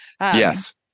Yes